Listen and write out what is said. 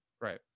right